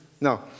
no